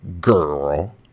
Girl